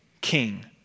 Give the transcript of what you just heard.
king